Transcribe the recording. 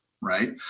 right